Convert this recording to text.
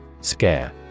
Scare